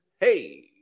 Hey